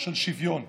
של שוויון,